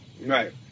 Right